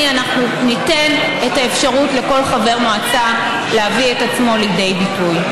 אנחנו ניתן את האפשרות לכל חבר מועצה להביא את עצמו לידי ביטוי.